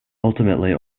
ultimately